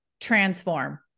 transform